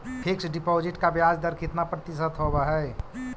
Fix deposit का ब्याज दर कितना प्रतिशत होब है?